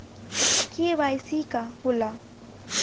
KYC का होला?